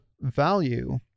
value